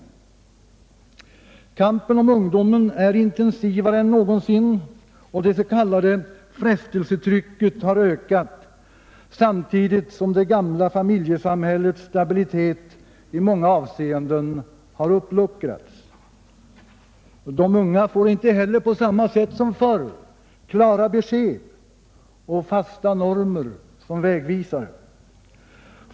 Kampen om ungdomen är intensivare än någonsin, och det s.k. frestelsetrycket har ökat, samtidigt som det gamla familjesamhällets stabilitet i många avseenden har luckrats upp. De unga får inte heller på samma sätt som förr klara besked och fasta normer som vägvisare.